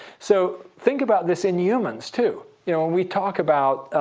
so think about this in humans, too. you know when we talk about